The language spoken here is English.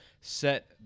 set